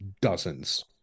dozens